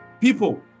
people